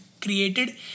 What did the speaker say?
created